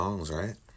Right